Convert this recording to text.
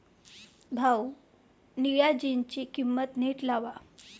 भाऊ, निळ्या जीन्सची किंमत नीट लावा